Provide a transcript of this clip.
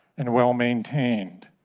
and well-maintained.